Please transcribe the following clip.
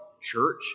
church